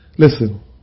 Listen